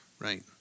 Right